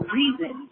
reason